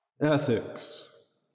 Ethics